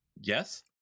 Yes